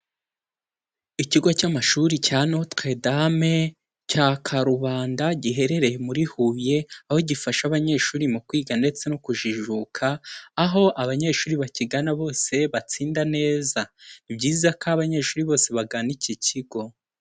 Ikigo cy'amashuri cya notere dame cya Karubanda giherereye muri Huye, aho gifasha abanyeshuri mu kwiga ndetse no kujijuka. Aho abanyeshuri bakigana bose batsinda neza. Ni byiza ko abanyeshuri bose bagana iki kigo.